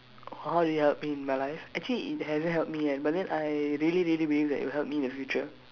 hurry up in my life actually it hasn't help me ah but then I really really believe that it will help me in the future